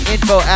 Info